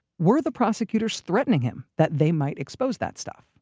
were the prosecutors threatening him that they might expose that stuff?